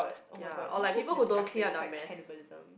ya or like people who don't clean up the mess